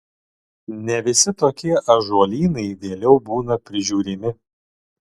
ne visi tokie ąžuolynai vėliau būna prižiūrimi